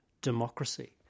democracy